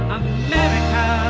america